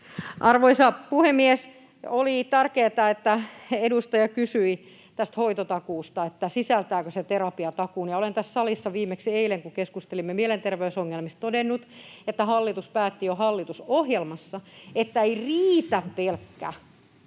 Arvoisa puhemies! Oli tärkeätä, että edustaja kysyi tästä hoitotakuusta, sisältääkö se terapiatakuun. Olen tässä salissa viimeksi eilen, kun keskustelimme mielenterveysongelmista, todennut, että hallitus päätti jo hallitusohjelmassa, että ei riitä pelkkä